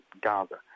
Gaza